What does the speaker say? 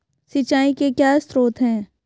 सिंचाई के क्या स्रोत हैं?